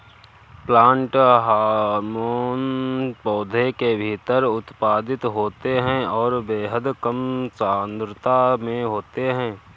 plant hormone पौधों के भीतर उत्पादित होते हैंऔर बेहद कम सांद्रता में होते हैं